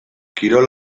kirol